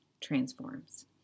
Transforms